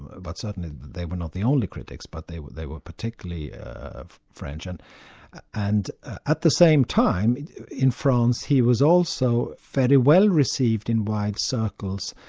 but certainly they were not the only critics, but they were they were particularly french, and and at the same time in france he was also very well received in wide circles.